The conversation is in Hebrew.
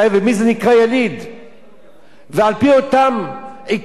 על-פי אותם עקרונות הבאתי הצעת חוק,